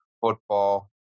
Football